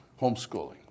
homeschooling